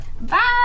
Bye